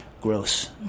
Gross